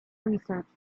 research